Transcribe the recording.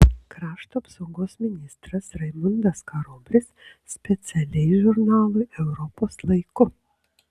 krašto apsaugos ministras raimundas karoblis specialiai žurnalui europos laiku